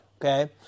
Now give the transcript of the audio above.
okay